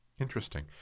Interesting